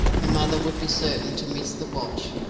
her mother would be certain to miss the watch,